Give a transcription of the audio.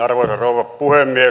arvoisa rouva puhemies